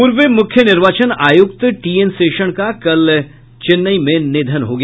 पूर्व मुख्य निर्वाचन आयुक्त टी एन शेषन का कल रात चेन्नई में निधन हो गया